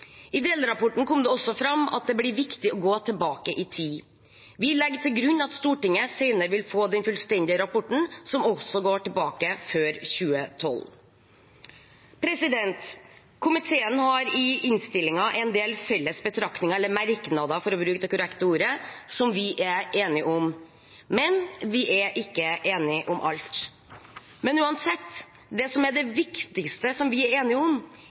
I delrapporten kom det også fram at det blir viktig å gå tilbake i tid. Vi legger til grunn at Stortinget senere vil få den fullstendige rapporten, som også går tilbake til før 2012. Komiteen har i innstillingen en del felles betraktninger – eller merknader, for å bruke det korrekte ordet – som vi er enige om, men vi er ikke enige om alt. Uansett: Det som er det viktigste vi er enige om,